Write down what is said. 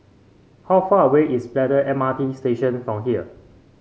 how far away is Braddell M R T Station from here